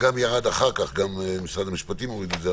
גם משרד המשפטים הוריד את זה,